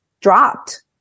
dropped